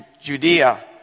Judea